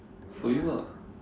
for you ah